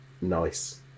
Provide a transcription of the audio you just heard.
nice